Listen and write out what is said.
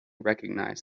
recognize